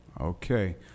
Okay